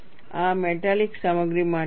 આ મેટાલિક સામગ્રી માટે છે